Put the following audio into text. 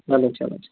چلو چلو